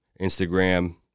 Instagram